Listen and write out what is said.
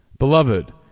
Beloved